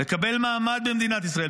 לקבל מעמד במדינת ישראל,